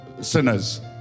sinners